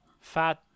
Fat